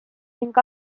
ning